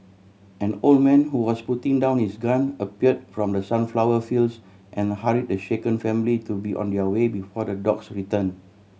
an old man who was putting down his gun appeared from the sunflower fields and hurry the shaken family to be on their way before the dogs return